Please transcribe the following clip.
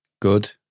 good